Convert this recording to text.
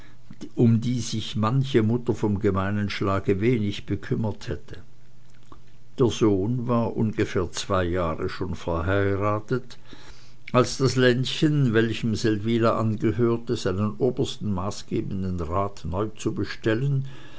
um die sich manche mutter vom gemeinen schlage wenig bekümmert hätte der sohn war ungefähr zwei jahre schon verheiratet als das ländchen welchem seldwyla angehörte seinen obersten maßgebenden rat neu zu bestellen